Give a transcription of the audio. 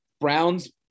Browns